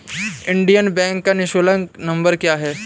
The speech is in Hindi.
इंडियन बैंक का निःशुल्क नंबर क्या है?